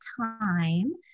time